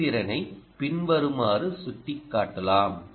செயல்திறனை பின்வருமாறு சுட்டிக்காட்டலாம்